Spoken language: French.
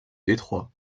détroit